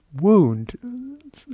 wound